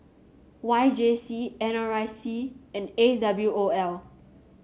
Y J C N R I C and A W O L